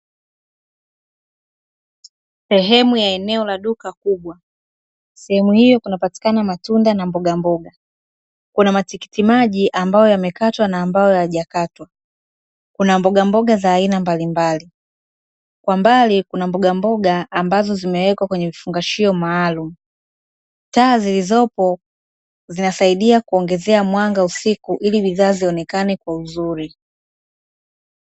Sehemu ya eneo la duka kubwa. Sehemu hii kunapatikana matunda na mbogamboga. Kuna matikitimaji ambayo yamekatwa na ambayo hayajakatwa. Kuna mbogamboga za aina mbalimbali. Kwa mbali kuna mbogamboga ambazo zimewekwa kwenye vifungashio maalumu. Taa zilizopo zinasaidia kuongezea mwanga usiku ili bidhaa zionekana kwa uzuri.